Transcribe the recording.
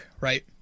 right